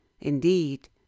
Indeed